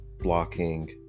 blocking